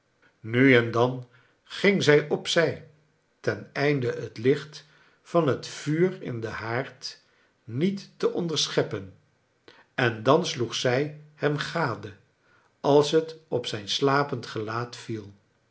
nu en dan ging zij op zij teneinde het licht van het vuur in den haard niet te onderscheppen en dan sloeg zij hem gade als het op zijn slapend gelaat viel